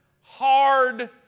hard